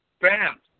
Bam